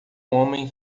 homem